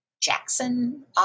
Jackson